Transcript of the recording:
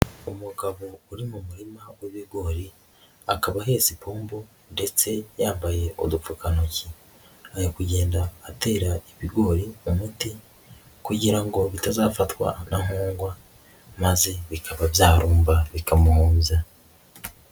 Umugabo uri mu murima w'ibigori, akaba ahetsepombo ndetse yambaye udupfukantoki, ari kugenda atera ibigori umuti kugira ngo bitazafatwa na nkongwa, maze bikaba byarumba bikamuhombya.